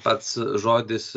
pats žodis